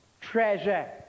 treasure